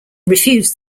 refused